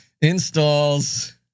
installs